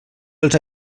dels